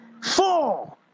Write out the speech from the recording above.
Four